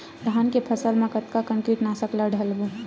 धान के फसल मा कतका कन कीटनाशक ला डलबो?